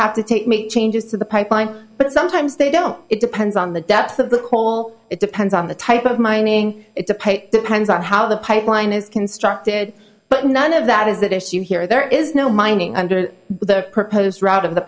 have to take make changes to the pipeline but sometimes they don't it depends on the depth of the coal it depends on the type of mining it to pay depends on how the pipeline is constructed but none of that is that issue here there is no mining under the proposed route of the